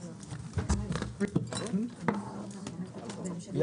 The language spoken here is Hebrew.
13:15.